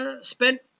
spent